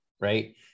right